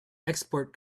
export